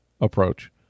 approach